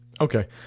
Okay